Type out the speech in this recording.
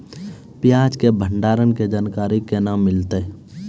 प्याज के भंडारण के जानकारी केना मिलतै?